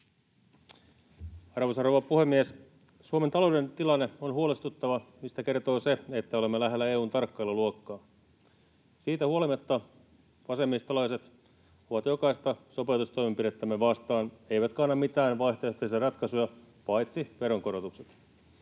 Arvoisa rouva puhemies! Suomen talouden tilanne on huolestuttava, mistä kertoo se, että olemme lähellä EU:n tarkkailuluokkaa. Siitä huolimatta vasemmistolaiset ovat jokaista sopeutustoimenpidettämme vastaan eivätkä anna mitään vaihtoehtoisia ratkaisuja paitsi veronkorotukset.